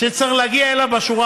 וצריך להגיע אליו בשורה